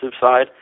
side